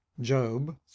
Job